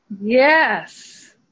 yes